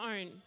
own